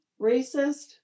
racist